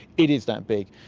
it is that big,